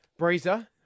Breezer